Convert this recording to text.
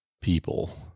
people